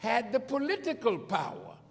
had the political power